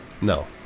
No